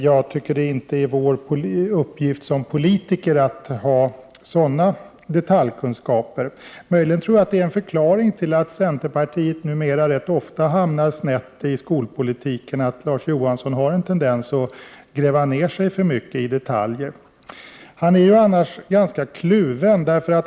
Jag tycker inte att det är vår uppgift som politiker att ha sådana detaljkunskaper. Larz Johansson har en tendens att gräva ned sig för mycket i detaljer, och det är möjligen en förklaring till att centerpartiet numera rätt ofta hamnar snett i skolpolitiken. Larz Johansson är annars ganska kluven.